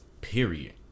period